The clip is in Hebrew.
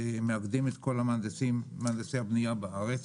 ומאגדים את כל מהנדסי הבנייה בארץ,